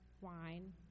wine